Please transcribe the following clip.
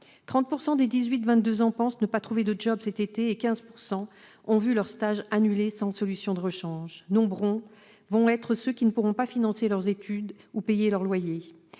30 % des 18-22 ans pensent ne pas trouver de cet été et 15 % d'entre eux ont vu leur stage être annulé, sans solution de rechange. Nombreux seront ceux qui ne pourront pas financer leurs études ou payer leur loyer